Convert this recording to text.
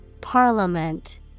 Parliament